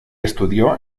estudió